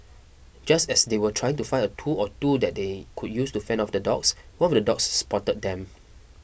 just as they were trying to find a tool or two that they could use to fend off the dogs one of the dogs spotted them